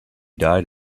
died